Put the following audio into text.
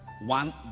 one